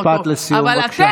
משפט לסיום, בבקשה.